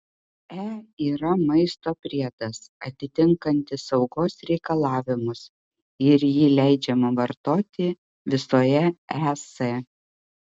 e yra maisto priedas atitinkantis saugos reikalavimus ir jį leidžiama vartoti visoje es